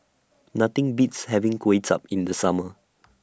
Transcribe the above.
Nothing Beats having Kway Chap in The Summer